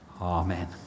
Amen